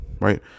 Right